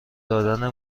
دادن